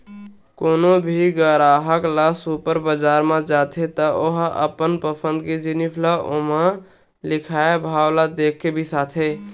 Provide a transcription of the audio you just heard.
कोनो भी गराहक ह सुपर बजार म जाथे त ओ ह अपन पसंद के जिनिस ल ओमा लिखाए भाव ल देखके बिसाथे